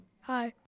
Hi